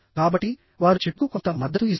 కాబట్టి వారు చెట్టుకు కొంత మద్దతు ఇస్తారు